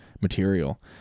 material